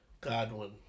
Godwin